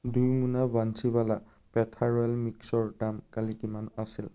দুই মোনা বান্সীৱালা পেথা ৰয়েল মিক্সৰ দাম কালি কিমান আছিল